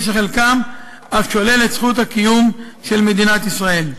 שחלקם אף שולל את זכות הקיום של מדינת ישראל.